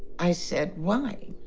i said, why?